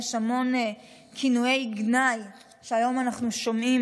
יש המון כינויי גנאי לבית המשפט העליון שהיום אנחנו שומעים,